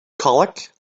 colic